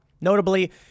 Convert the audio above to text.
Notably